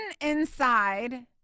inside